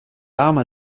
armor